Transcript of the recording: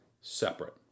separate